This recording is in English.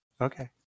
Okay